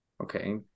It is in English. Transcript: Okay